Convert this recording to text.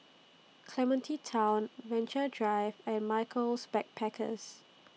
Clementi Town Venture Drive and Michaels Backpackers